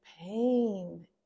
pain